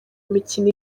mikino